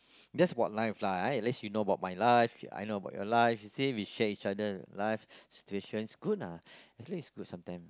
that's about life lah ah unless you know about my life I know about your life you say we share each other life situations good ah actually it's good sometimes